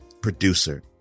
producer